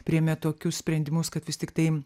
priėmė tokius sprendimus kad vis tiktai